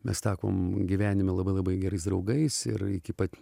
mes tapom gyvenime labai labai gerais draugais ir iki pat